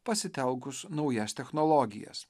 pasitelkus naujas technologijas